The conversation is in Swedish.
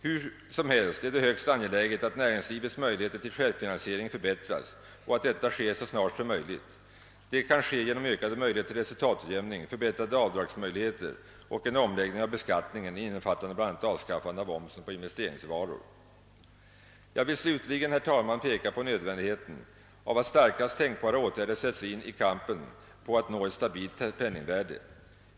Hur som helst är det högst angeläget att näringslivets möjligheter till självfinansiering förbättras, och att detta sker så snart som möjligt. Det kan ske genom ökade möjligheter till resultatutjämning, förbättrade avdragsmöjligheter och en omläggning av beskattningen, innefattande bl.a. avskaffande av omsättningsskatten på investeringsvaror. Jag vill slutligen peka på nödvändigheten av att effektivast tänkbara åtgärder sätts in i kampen för att nå ett stabilt penningvärde.